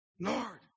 Lord